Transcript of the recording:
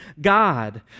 god